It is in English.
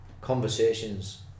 conversations